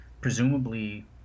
presumably